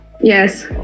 yes